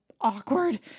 awkward